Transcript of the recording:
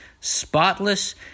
spotless